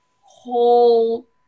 whole